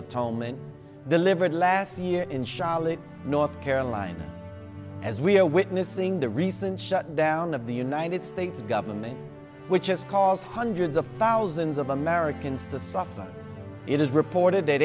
atonement delivered last year in charlotte north carolina as we are witnessing the recent shutdown of the united states government which has caused hundreds of thousands of americans the suffering it is reported